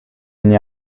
n’y